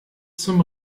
zum